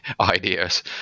ideas